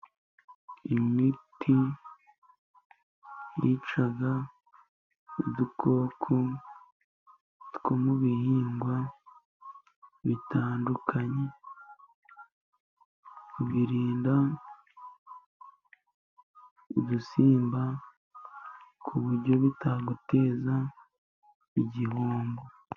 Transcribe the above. Imiti yica udukoko two mu bihingwa bitandukanye. Birinda udusimba, ku buryo bitaguteza igihombo.